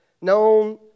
known